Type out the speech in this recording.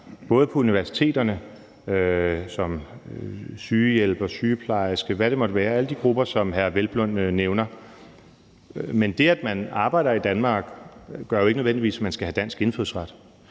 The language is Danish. både på universiteterne, som sygehjælpere, sygeplejersker, eller hvad det måtte være – alle de grupper, som hr. Peder Hvelplund nævner. Men det, at man arbejder i Danmark, gør jo ikke nødvendigvis, at man skal have dansk indfødsret.